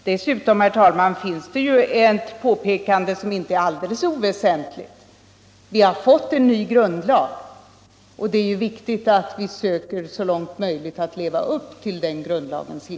Dessutom, herr talman, vill jag göra ett påpekande som inte är alldeles oväsentligt. Vi har fått en ny grundlag. Det är då viktigt att vi så långt möjligt söker följa grundlagen.